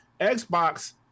Xbox